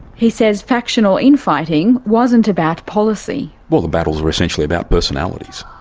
he says factional infighting wasn't about policy. well, the battles were essentially about personalities.